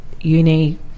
uni